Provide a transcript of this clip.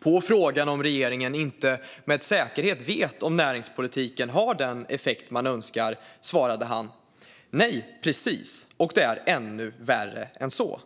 På frågan om regeringen inte med säkerhet vet om näringspolitiken har den effekt man önskar svarade han: "Nej, precis. Och det är ännu värre än så.